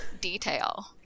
detail